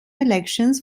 elections